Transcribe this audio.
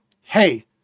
hey